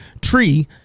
Tree